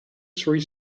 three